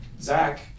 Zach